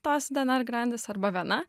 tos dnr grandys arba viena